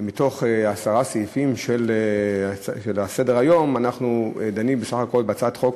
ומתוך עשרה סעיפים שעל סדר-היום אנחנו דנים בסך הכול בהצעת חוק